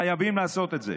חייבים לעשות את זה.